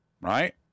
right